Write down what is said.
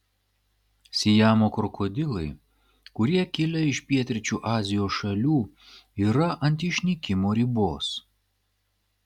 siamo krokodilai kurie kilę iš pietryčių azijos šalių yra ant išnykimo ribos